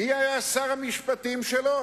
מי היה שר המשפטים שלו?